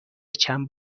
چند